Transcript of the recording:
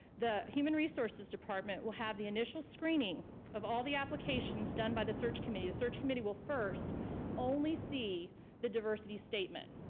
the human resources department will have the initial screening of all the applications done by the search committee. the search committee will first only see the diversity statement.